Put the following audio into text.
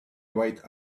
wait